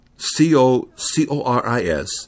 C-O-C-O-R-I-S